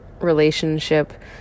relationship